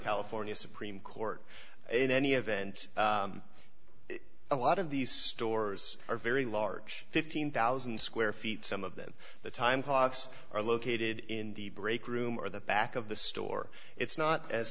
california supreme court in any event a lot of these stores are very large fifteen thousand square feet some of them the time clocks are located in the break room or the back of the store it's not as